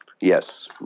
Yes